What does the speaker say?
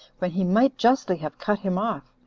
when he might justly have cut him off,